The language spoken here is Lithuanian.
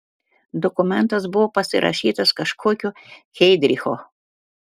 dokumentas buvo pasirašytas kažkokio heidricho